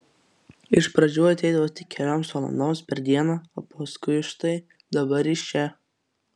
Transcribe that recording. iš pradžių ateidavo tik kelioms valandoms per dieną o paskui štai dabar jis čia